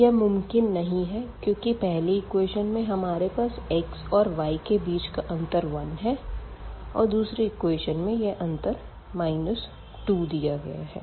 यह मुमकिन नहीं है क्योंकि पहले इक्वेशन में हमारे पास x और y के बीच का अंतर 1 है और दूसरे इक्वेशन में यह अंतर 2 दिया गया है